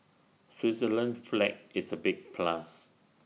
Switzerland's flag is A big plus